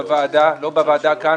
בוועדה לא בוועדה כאן,